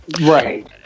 Right